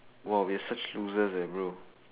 !wah! we are such losers and bro